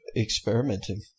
experimenting